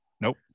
nope